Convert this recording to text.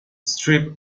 strip